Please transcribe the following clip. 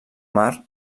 mar